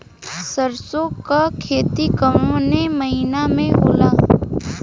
सरसों का खेती कवने महीना में होला?